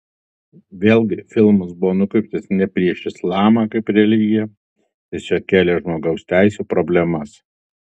vėlgi filmas buvo nukreiptas ne prieš islamą kaip religiją tiesiog kėlė žmogaus teisių problemas